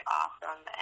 awesome